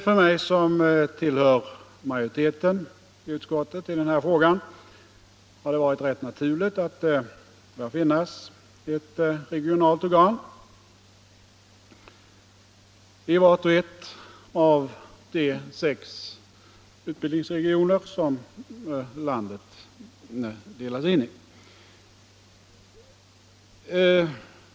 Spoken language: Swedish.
För mig, som tillhör majoriteten i utskottet i den här frågan, har det varit rätt naturligt att det bör finnas ett regionalt organ i var och en av de sex utbildningsregioner som landet delas in i.